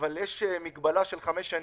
אבל יש מגבלה של חמש שנים.